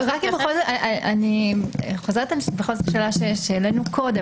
אני חוזרת לשאלה שהעלינו קודם,